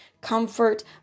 comfort